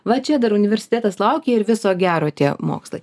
va čia dar universitetas laukia ir viso gero tie mokslai